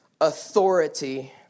authority